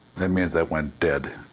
that means they went dead.